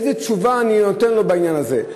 איזו תשובה אני נותן לו בעניין הזה?